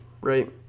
right